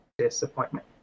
disappointment